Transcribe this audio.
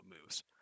moves